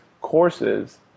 courses